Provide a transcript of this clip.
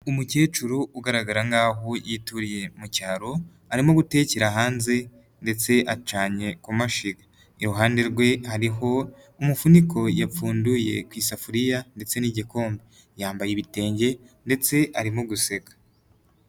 Umukecuru ugaragara nkaho yituriye mu cyaro arimo gutekera hanze ndetse acanye kumashiga, iruhande rwe hari umufuniko yapfunduye ku isafuriya ndetse n'igikombe, yambaye ibitenge ndetse arimo guseka.